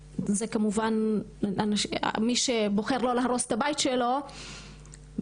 כמובן שמי שבוחר לא להרוס את הבית שלו בעצמו,